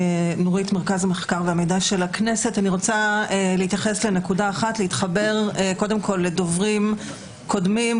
אני רוצה להתחבר קודם כול לדוברים קודמים,